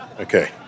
Okay